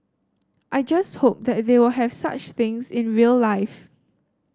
I just hope that they will have such things in real life